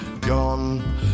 Gone